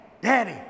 daddy